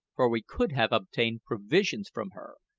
for we could have obtained provisions from her,